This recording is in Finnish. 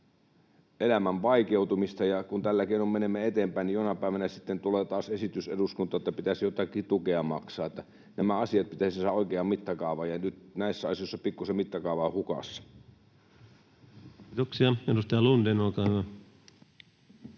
elämän vaikeutumista. Kun tällä keinoin menemme eteenpäin, niin jonain päivänä sitten tulee taas eduskuntaan esitys, että pitäisi jotakin tukea maksaa. Nämä asiat pitäisi saada oikeaan mittakaavaan, ja nyt näissä asioissa on pikkusen mittakaava hukassa. Kiitoksia. — Edustaja Lundén, olkaa hyvä.